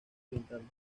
oriental